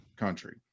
country